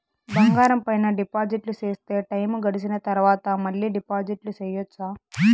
బంగారం పైన డిపాజిట్లు సేస్తే, టైము గడిసిన తరవాత, మళ్ళీ డిపాజిట్లు సెయొచ్చా?